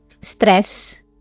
stress